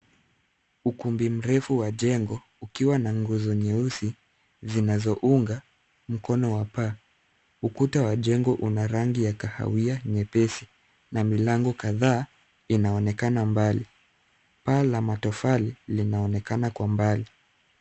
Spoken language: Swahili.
Ukumbi mrefu wa jengo ukiwa na nguzo nyeusi zinazounga mkono wa paa. Ukuta wa jengo una rangi ya kahawia nyepesi na milango kadhaa inaonekana mbali. Paa la matofali linaonekana kwa mbali.